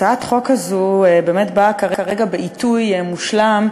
הצעת החוק הזאת באמת באה כרגע בעיתוי מושלם,